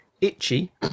itchy